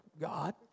God